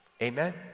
amen